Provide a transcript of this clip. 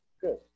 Good